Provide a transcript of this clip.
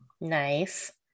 Nice